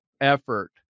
effort